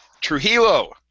Trujillo